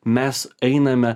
mes einame